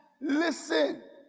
listen